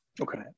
Okay